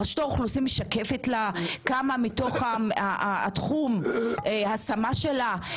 רשות האוכלוסין משקפת לה כמה מתוך התחום ההשמה שלה,